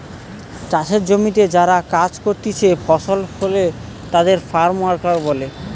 চাষের জমিতে যারা কাজ করতিছে ফসল ফলে তাদের ফার্ম ওয়ার্কার বলে